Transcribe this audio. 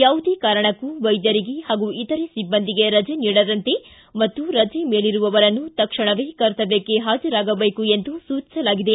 ಯಾವುದೇ ಕಾರಣಕ್ಕೂ ವೈದ್ಯರಿಗೆ ಹಾಗೂ ಇತರೆ ಸಿಬ್ಬಂದಿಗೆ ರಜೆ ನೀಡದಂತೆ ಮತ್ತು ರಜೆ ಮೇಲಿರುವವರನ್ನು ತಕ್ಷಣೆವೇ ಕರ್ತವ್ಯಕ್ಕೆ ಹಾಜರಾಗಬೇಕು ಎಂದು ಸೂಚಿಸಲಾಗಿದೆ